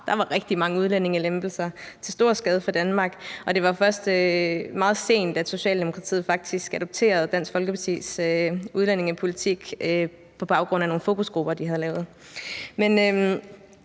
der var rigtig mange udlændingelempelser til stor skade for Danmark. Og det var først meget sent, at Socialdemokratiet faktisk adopterede Dansk Folkepartis udlændingepolitik på baggrund af nogle fokusgrupper, de havde lavet.